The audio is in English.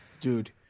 Dude